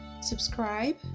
subscribe